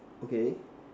okay